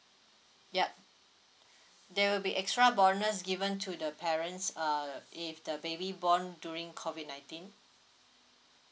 yup there'll be extra bonus given to the parents uh if the baby born during COVID nineteen